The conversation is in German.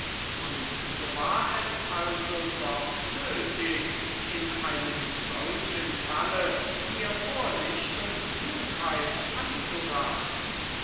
und so war es also doch nötig in einem solchen falle mir vorsicht und klugheit anzuraten